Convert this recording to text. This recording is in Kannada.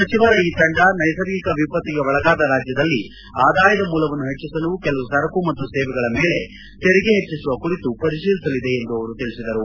ಸಚಿವರ ಈ ತಂಡ ನೈಸರ್ಗಿಕ ವಿಪತ್ತಿಗೆ ಒಳಗಾದ ರಾಜ್ಯದಲ್ಲಿ ಆದಾಯದ ಮೂಲವನ್ನು ಹೆಚ್ಚಿಸಲು ಕೆಲವು ಸರಕು ಮತ್ತು ಸೇವೆಗಳ ಮೇಲೆ ತೆರಿಗೆ ಹೆಚ್ಚಿಸುವ ಕುರಿತು ಪರಿಶೀಲಿಸಲಿದೆ ಎಂದು ಅವರು ತಿಳಿಸಿದರು